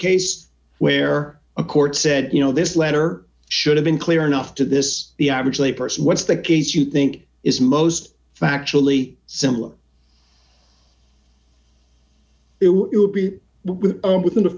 case where a court said you know this letter should have been clear enough to this the average layperson what's the case you think is most factually similar it would be within the